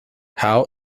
how